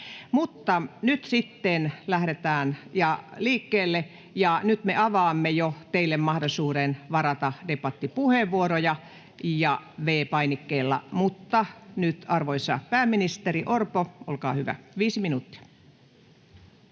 nyt sitten lähdetään liikkeelle. Ja nyt me avaamme jo teille mahdollisuuden varata debattipuheenvuoroja V-painikkeella. — Mutta nyt arvoisa pääministeri Orpo, olkaa hyvä, viisi minuuttia.